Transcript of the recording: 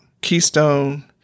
keystone